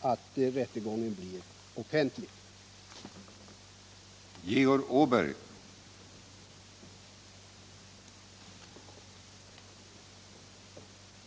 att rättegången blir offentlig.